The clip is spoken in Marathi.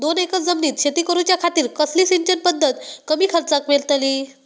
दोन एकर जमिनीत शेती करूच्या खातीर कसली सिंचन पध्दत कमी खर्चात मेलतली?